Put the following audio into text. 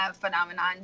phenomenon